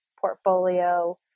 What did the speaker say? portfolio